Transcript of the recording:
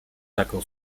taką